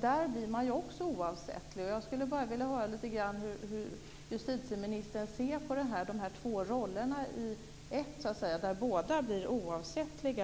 Där blir man också oavsättlig. Hur ser justitieministern på de två rollerna i en där båda blir oavsättliga?